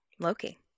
Loki